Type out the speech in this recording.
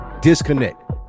disconnect